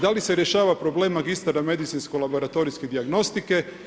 Da li se rješava problem magistara medicinsko-laboratorijske dijagnostike?